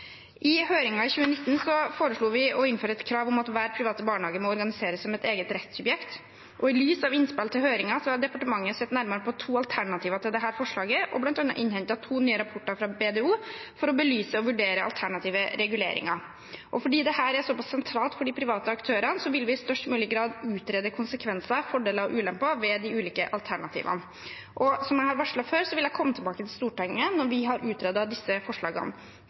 I høringen i 2019 foreslo vi å innføre et krav om at hver private barnehage må organiseres som et eget rettssubjekt. I lys av innspill til høringen har departementet sett nærmere på to alternativer til dette forslaget og bl.a. innhentet to nye rapporter fra BDO for å belyse og vurdere alternative reguleringer. Fordi dette er såpass sentralt for de private aktørene, vil vi i størst mulig grad utrede konsekvenser, fordeler og ulemper ved de ulike alternativene. Som jeg har varslet før, vil jeg komme tilbake til Stortinget når vi har utredet disse forslagene